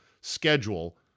schedule